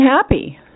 happy